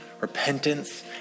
repentance